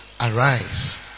Arise